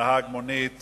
כנהג מונית